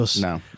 No